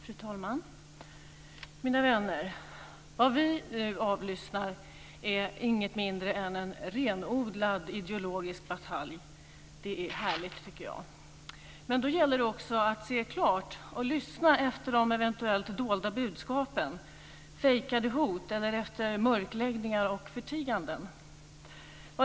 Fru talman! Mina vänner! Vad vi avlyssnar är inget mindre än en renodlad ideologisk batalj. Det är härligt! Då gäller det att se klart och lyssna efter de eventuellt dolda budskapen, fejkade hot eller mörkläggningar och förtiganden.